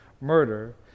murder